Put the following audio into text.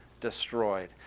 destroyed